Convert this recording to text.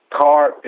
car